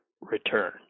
return